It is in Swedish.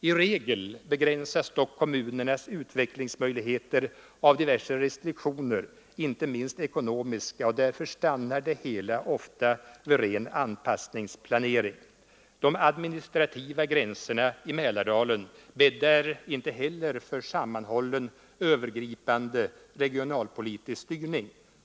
I regel begränsas dock kommunernas Nr 14 utvecklingsmöjligheter av diverse restriktioner, inte minst ekonomiska, Onsdagen den och därför stannar det hela ofta vid en ren anpassningsplanering. De 30 januari 1974 administrativa gränserna i Mälardalen bäddar inte heller för samman ———— hållen övergripande regionalpolitisk styrning.